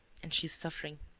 and she is suffering.